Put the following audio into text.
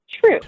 True